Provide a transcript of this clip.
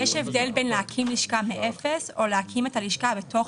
יש הבדל בין להקים לשכה מאפס או להקים את הלשכה בתוך